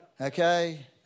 Okay